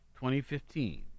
2015